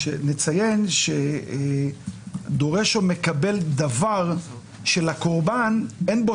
אבל נציין שדורש או מקבל דבר שלקורבן אין בו